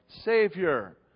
Savior